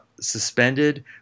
suspended